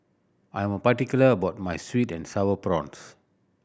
I am particular about my sweet and Sour Prawns